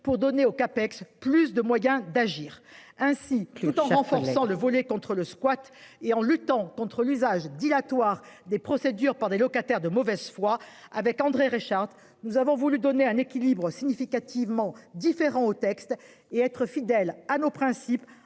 pour donner aux CAPEX. Plus de moyens d'agir ainsi, tout en renforçant le volet contre le squat et en luttant contre l'usage dilatoires des procédures par les locataires de mauvaise foi avec André Reichardt. Nous avons voulu donner un équilibre significativement différent au texte et être fidèle à nos principes